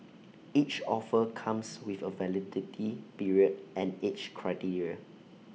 each offer comes with A validity period and age criteria